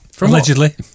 allegedly